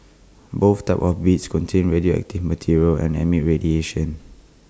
both types of beads contain radioactive material and emit radiation